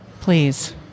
Please